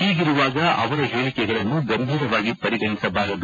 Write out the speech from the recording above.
ಹೀಗಿರುವಾಗ ಅವರ ಹೇಳಿಕೆಗಳನ್ನು ಗಂಭೀರವಾಗಿ ಪರಿಗಣಿಸಬಾರದು